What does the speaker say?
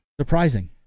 Surprising